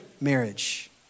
marriage